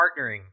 partnering